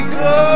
go